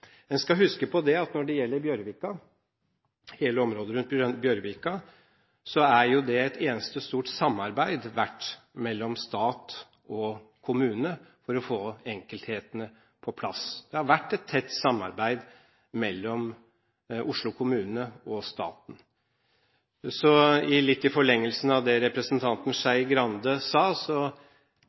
En skal huske på at når det gjelder hele området rundt Bjørvika, har det vært et eneste stort samarbeid mellom stat og kommune for å få enkelthetene på plass. Det har vært et tett samarbeid mellom Oslo kommune og staten. I forlengelsen av det representanten Skei Grande sa,